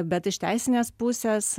bet iš teisinės pusės